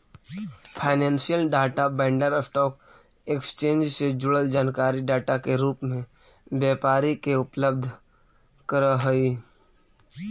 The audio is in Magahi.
financial data vendor stock exchange से जुड़ल जानकारी डाटा के रूप में व्यापारी के उपलब्ध करऽ हई